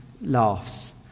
laughs